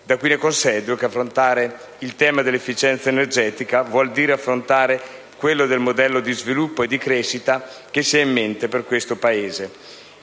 bene. Ne consegue che affrontare il tema dell'efficienza energetica vuol dire affrontare quello del modello di sviluppo e di crescita che si ha in mente per questo Paese.